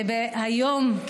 שהיום,